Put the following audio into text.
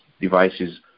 devices